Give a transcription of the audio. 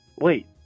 wait